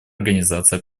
организации